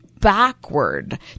backward